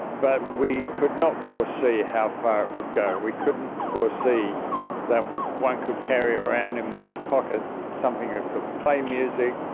but we could not foresee ah how far it would go. we couldn't foresee that one could carry around in one's pocket something that ah could play music,